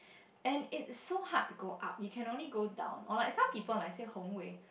and it so hard to go up you can only go down or like some people like say Hong-Wei